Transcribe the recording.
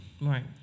Right